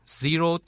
zero